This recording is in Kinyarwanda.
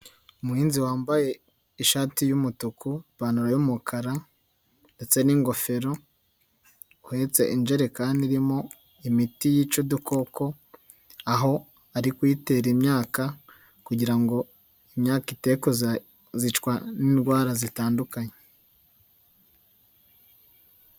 Umuhinzi wambaye ishati y'umutuku, ipantaro y'umukara ndetse n'ingofero, uhetse injerekani irimo imiti yica udukoko, aho ari kuyitera imyaka kugira ngo imyaka ite kuzicwa n'indwara zitandukanye.